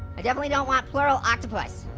i definitely don't want plural octopus.